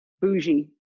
bougie